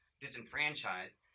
disenfranchised